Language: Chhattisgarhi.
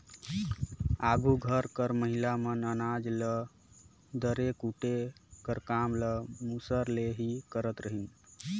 आघु घर कर महिला मन अनाज ल दरे कूटे कर काम ल मूसर ले ही करत रहिन